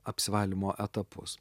apsivalymo etapus